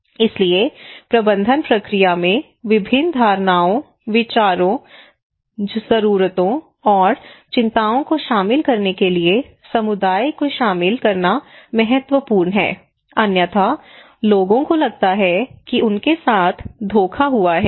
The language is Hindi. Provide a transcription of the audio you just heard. इसलिए प्रबंधन प्रक्रिया में विभिन्न धारणाओं विचारों जरूरतों और चिंताओं को शामिल करने के लिए समुदाय को शामिल करना महत्वपूर्ण है अन्यथा लोगों को लगता है कि उनके साथ धोखा हुआ है